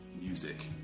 music